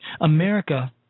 America